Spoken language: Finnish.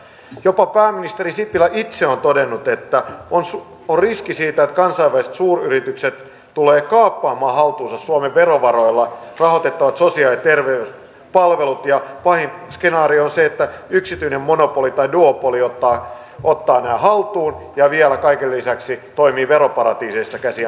jopa pääministeri sipilä itse on todennut että on riski siitä että kansainväliset suuryritykset tulevat kaappaamaan haltuunsa suomen verovaroilla rahoitettavat sosiaali ja terveyspalvelut ja pahin skenaario on se että yksityinen monopoli tai duopoli ottaa nämä haltuun ja vielä kaiken lisäksi toimii veroparatiiseista käsin